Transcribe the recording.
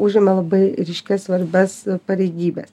užėmė labai ryškias svarbias pareigybes